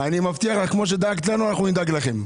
אני מבטיח לך, כפי שדאגת לנו אנחנו נדאג לכם.